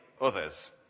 others